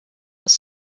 was